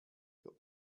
für